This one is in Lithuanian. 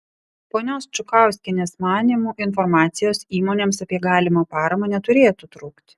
ponios čukauskienės manymu informacijos įmonėms apie galimą paramą neturėtų trūkti